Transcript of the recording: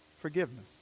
forgiveness